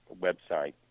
website